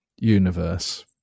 universe